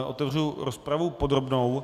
Otevřu rozpravu podrobnou.